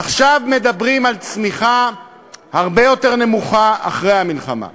עכשיו מדברים על צמיחה הרבה יותר נמוכה אחרי המלחמה.